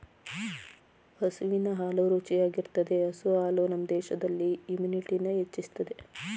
ಹಸುವಿನ ಹಾಲು ರುಚಿಯಾಗಿರ್ತದೆ ಹಸು ಹಾಲು ನಮ್ ದೇಹದಲ್ಲಿ ಇಮ್ಯುನಿಟಿನ ಹೆಚ್ಚಿಸ್ತದೆ